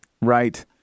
Right